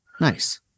Nice